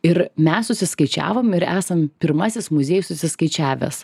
ir mes susiskaičiavom ir esam pirmasis muziejus susiskaičiavęs